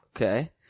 okay